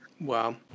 Wow